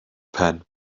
pen